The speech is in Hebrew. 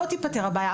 לא, תיפתר הבעיה.